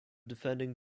defending